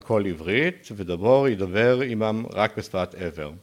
‫קול עברית, ודבור ידבר עמם ‫רק בשפת עבר.